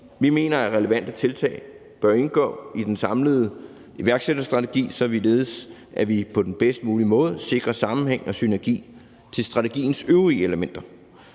Vi mener, at relevante tiltag bør indgå i den samlede iværksætterstrategi, således at vi på den bedst mulige måde sikrer en sammenhæng og synergi til strategiens øvrige elementer.